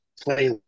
play